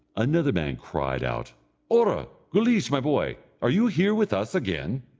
another man cried out ora! guleesh, my boy, are you here with us again?